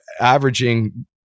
averaging